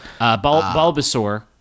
Bulbasaur